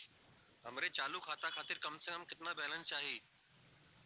हमरे चालू खाता खातिर कम से कम केतना बैलैंस चाही?